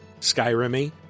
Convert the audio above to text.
Skyrim-y